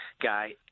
guy